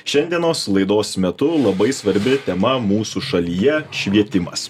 šiandienos laidos metu labai svarbi tema mūsų šalyje švietimas